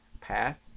path